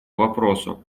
вопросу